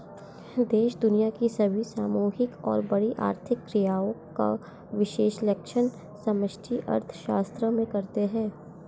देश दुनिया की सभी सामूहिक और बड़ी आर्थिक क्रियाओं का विश्लेषण समष्टि अर्थशास्त्र में करते हैं